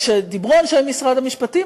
כשדיברו אנשי משרד המשפטים,